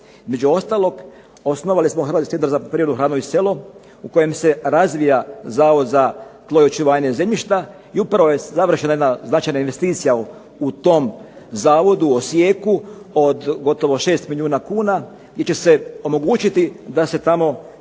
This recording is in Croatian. Između ostalog osnovali smo Hrvatski centar za poljoprivredu, hranu i selo u kojem se razvija Zavod za tlo i očuvanje zemljišta i upravo je završena jedna značajna investicija u tom zavodu u Osijeku od gotovo 6 milijuna kuna, gdje će se omogućiti da se tamo